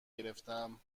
گرفتم